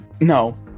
No